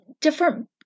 different